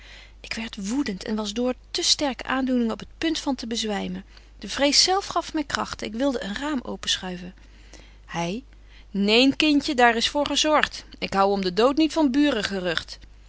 ik werd woedent en was door te sterke aandoeningen op t punt van te bezwymen de vrees zelf gaf my kragten ik wilde een raam open schuiven hy neen kindje daar is voor gezorgt ik hou om de dood niet van